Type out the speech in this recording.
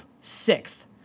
Sixth